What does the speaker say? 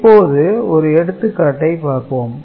இப்போது ஒரு எடுத்துக்காட்டை பார்ப்போம்